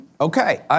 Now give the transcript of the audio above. Okay